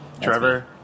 Trevor